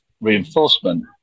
reinforcement